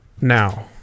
now